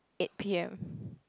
eight p_m